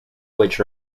which